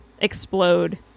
explode